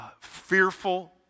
fearful